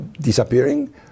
disappearing